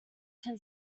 can